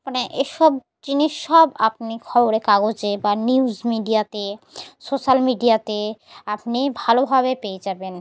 মানে এসব জিনিস সব আপনি খবরে কাগজে বা নিউজ মিডিয়াতে সোশ্যাল মিডিয়াতে আপনি ভালোভাবে পেয়ে যাবেন